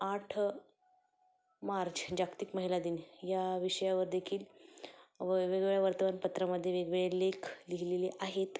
आठ मार्च जागतिक महिला दिन या विषयावर देेखील वे वेगवेगळ्या वर्तमानपत्रामध्ये वेगवेगळे लेख लिहिलेले आहेत